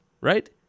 right